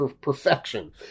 perfection